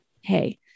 hey